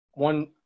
One